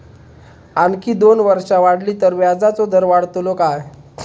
आणखी दोन वर्षा वाढली तर व्याजाचो दर वाढतलो काय?